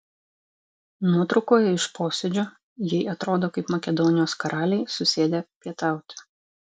nuotraukoje iš posėdžio jei atrodo kaip makedonijos karaliai susėdę pietauti